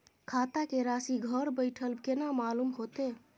खाता के राशि घर बेठल केना मालूम होते?